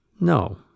No